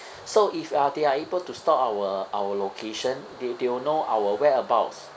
so if uh they are able to start our our location they they will know our whereabouts